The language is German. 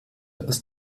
ist